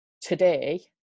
today